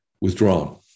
withdrawn